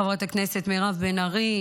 חברת הכנסת מירב בן ארי,